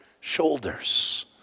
shoulders